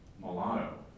Mulatto